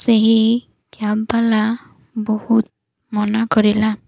ସେହି କ୍ୟାବ୍ବାଲା ବହୁତ ମନା କରିଲା